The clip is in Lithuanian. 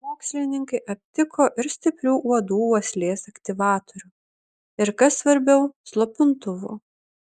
mokslininkai aptiko ir stiprių uodų uoslės aktyvatorių ir kas svarbiau slopintuvų